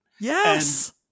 yes